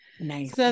Nice